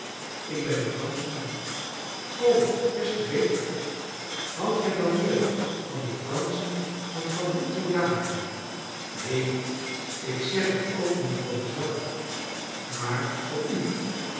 ik ben een franschman o des te beter houdt gij dan meer van de franschen dan van de italianen neen ik zeg het ook niet voor mezelf maar voor u